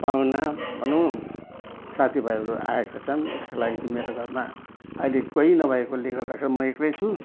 पाहुना भनौँ साथीभाइहरू आएका छन् त्यसको लागि चाहिँ मेरो घरमा अहिले कोही नभएकोले गर्दाखेरि म एक्लै छु